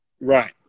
Right